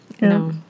No